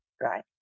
right